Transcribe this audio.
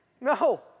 No